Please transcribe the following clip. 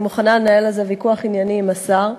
אני מוכנה לנהל על זה ויכוח ענייני עם השר,